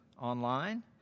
online